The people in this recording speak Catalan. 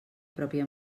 pròpia